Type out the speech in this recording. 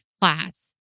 class